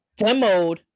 demoed